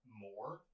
more